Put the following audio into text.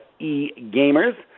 eGamers